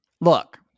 look